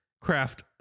craft